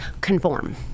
Conform